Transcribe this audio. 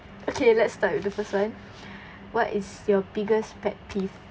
okay let's start with the first [one] what is your biggest pet peeve